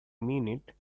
minute